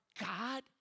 God